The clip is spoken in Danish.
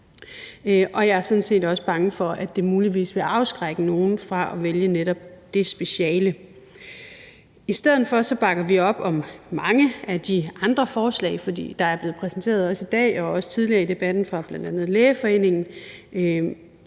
jeg er sådan set også bange for, at det muligvis vil afskrække nogen fra at vælge netop det speciale. I stedet for bakker vi op om mange af de andre forslag, der er blevet præsenteret i dag og tidligere i debatten, bl.a. fra Lægeforeningen,